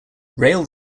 rail